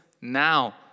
Now